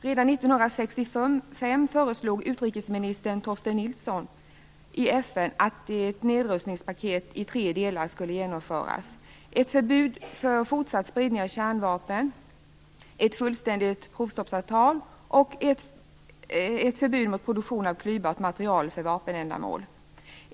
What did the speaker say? Redan 1965 föreslog utrikesminister Torsten Nilsson i FN att ett nedrustningspaket i tre delar skulle genomföras: ett förbud mot fortsatt spridning av kärnvapen, ett fullständigt provstoppsavtal och ett förbud mot produktion av klyvbart material för vapenändamål.